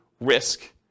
risk